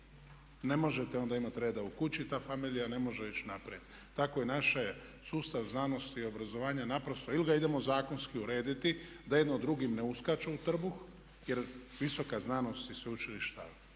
Ne možete onda imati reda u kući, ta familija ne može ići naprijed. Tako je naš sustav znanosti i obrazovanja naprosto ili ga idemo zakonski urediti da jedno drugim ne uskaču u trbuh, jer visoka znanost i sveučilišta